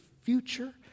future